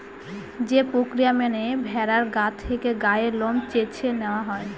যে প্রক্রিয়া মেনে ভেড়ার গা থেকে গায়ের লোম চেঁছে নেওয়া হয়